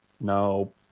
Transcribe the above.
No